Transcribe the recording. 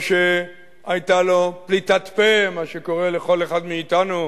או שהיתה לו פליטת פה, מה שקורה לכל אחד מאתנו,